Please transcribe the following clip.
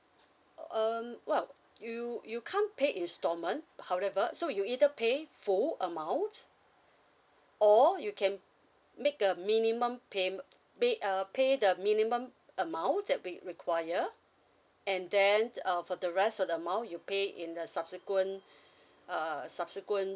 um what you you can't pay installment however so you either pay full amount or you can make a minimum pay~ pay uh pay the minimum amount that we require and then uh for the rest of the amount you pay in the subsequent uh subsequent